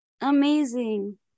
Amazing